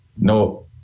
no